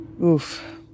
Oof